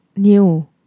New